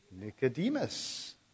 Nicodemus